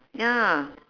ya